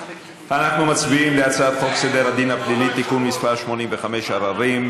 אנחנו מצביעים על הצעת חוק סדר הדין הפלילי (תיקון מס' 85) (עררים),